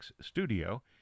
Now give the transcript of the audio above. Studio